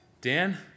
Dan